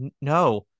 no